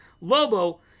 Lobo